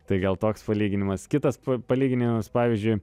tai gal toks palyginimas kitas palyginimas pavyzdžiui